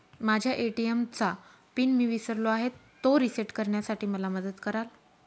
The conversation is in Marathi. माझ्या ए.टी.एम चा पिन मी विसरलो आहे, तो रिसेट करण्यासाठी मला मदत कराल?